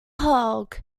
hog